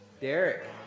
Derek